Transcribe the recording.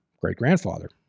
great-grandfather